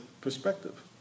perspective